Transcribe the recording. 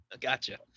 Gotcha